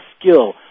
skill